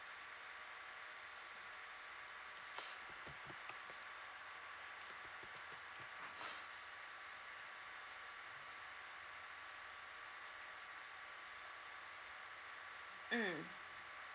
mm